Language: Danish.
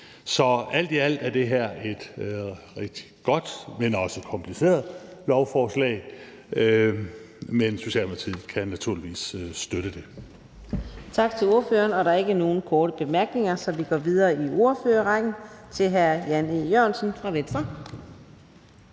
Så alt i alt er det her et rigtig godt, men også kompliceret lovforslag. Men Socialdemokratiet kan naturligvis støtte det.